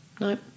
Nope